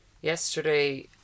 yesterday